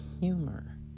humor